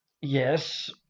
yes